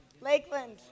Lakeland